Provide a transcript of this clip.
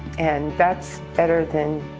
and that's better than